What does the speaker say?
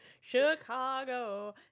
Chicago